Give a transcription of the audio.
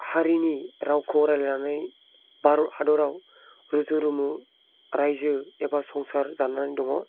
हारिनि रावखौ रायलायनानै भारत हादराव रुजु रुमु रायजो एबा संसार जानानै दङ